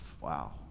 Wow